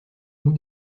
moue